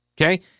Okay